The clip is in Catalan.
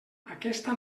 aquesta